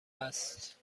است